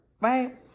Right